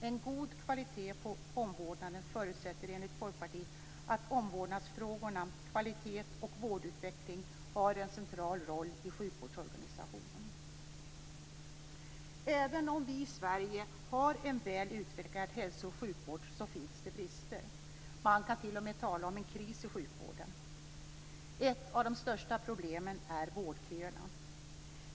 En god kvalitet på omvårdnaden förutsätter enligt Folkpartiet att omvårdnadsfrågorna, kvalitet och vårdutveckling, har en central roll i sjukvårdsorganisationen. Även om vi i Sverige har en väl utvecklad hälsooch sjukvård så finns det brister. Man kan t.o.m. tala om en kris i sjukvården. Ett av de största problemen är vårdköerna.